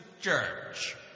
church